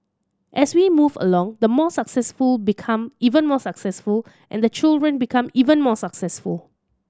as we move along the more successful become even more successful and the children become even more successful